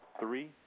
Three